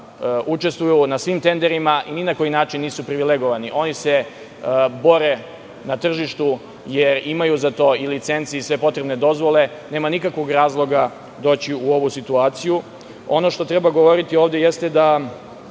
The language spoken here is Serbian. učestvuju na svim tenderima i na koji način nisu privilegovani. Oni se bore na tržištu jer imaju za to i licence i sve potrebne dozvole. Nema nikakvog razloga doći u ovu situaciju. Ono što treba govoriti ovde jeste da